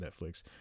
Netflix